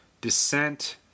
descent